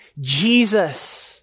Jesus